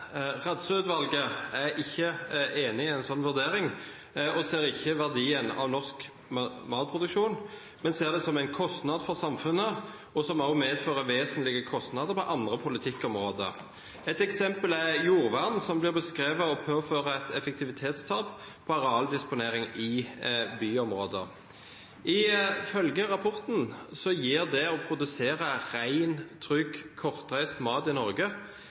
er ikke enig i en sånn vurdering og ser ikke verdien av norsk matproduksjon, men ser det som en kostnad for samfunnet som også medfører vesentlige kostnader på andre politikkområder. Et eksempel er jordvern, som blir beskrevet som at det påfører et effektivitetstap for arealdisponeringen i byområder. Ifølge rapporten gir det å produsere ren, trygg, kortreist mat i Norge